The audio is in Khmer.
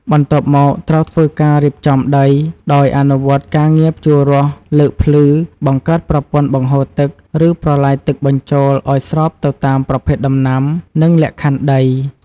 បន្ទាប់មកត្រូវធ្វើការរៀបចំដី ដោយអនុវត្តការងារភ្ជួររាស់ លើកភ្លឺ បង្កើតប្រព័ន្ធបង្ហូរទឹក ឬប្រឡាយទឹកបញ្ចូល ឱ្យស្របទៅតាមប្រភេទដំណាំ និងលក្ខខណ្ឌដី។